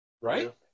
Right